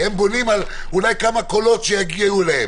כי הם בונים על אולי כמה קולות שיגיעו אליהם.